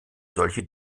solche